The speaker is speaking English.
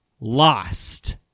Lost